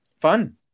fun